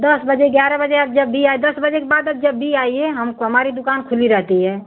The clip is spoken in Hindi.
दस बजे ग्यारह बजे आप जब भी आए दस बजे के बाद आप जब भी आइए हम हमारी दुकान खुली रहती है